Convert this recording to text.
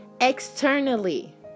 Externally